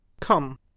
Come